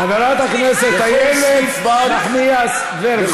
חברת הכנסת אילת נחמיאס ורבין.